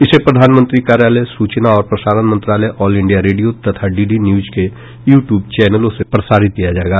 इसे प्रधानमंत्री कार्यालय सूचना और प्रसारण मंत्रालय ऑल इंडिया रेडियो तथा डी डी न्यूज के यू ट्यूब चैनलों से प्रसारित किया जायेगा